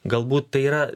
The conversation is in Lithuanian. galbūt tai yra